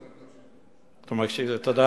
אני מקשיב לך.